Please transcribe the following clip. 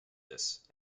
this